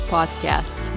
Podcast